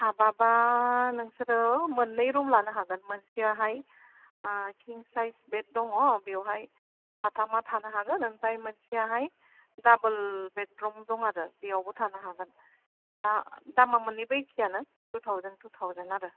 साबा बा नोंसोरो मोननै रुम लानो हागोन मोनसेयाव हाय किंग साइज बेद दङ बियावहाय साथामा थानो हागोन आमफ्राय मोनसे आवहाय दाबोल बेदरुम दं आरो बेयावहायबो थानो हागोन दामा मोननैबो एखे आनो थु थाउजेन्ड थु थाउजेन्ड आरो